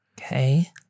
Okay